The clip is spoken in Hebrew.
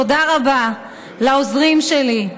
תודה רבה לעוזרים שלי,